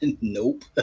Nope